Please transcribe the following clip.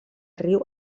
riu